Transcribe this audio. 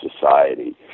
society